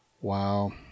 Wow